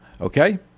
Okay